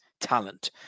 talent